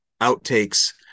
outtakes